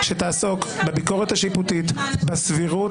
-- שתעסוק בביקורת השיפוטית, בסבירות